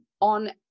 on